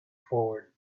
forward